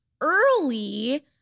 early